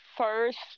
First